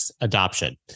adoption